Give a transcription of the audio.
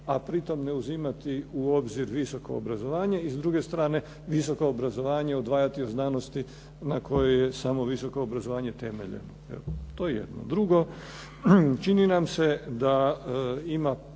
a pritom ne uzimati u obzir visoko obrazovanje i s druge strane, visoko obrazovanje odvajati od znanosti na kojoj je samo visoko obrazovanje temeljeno. To je jedno. Drugo, čini nam se da ima